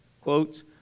quotes